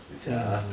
等一下 ah